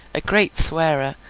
a great swearer,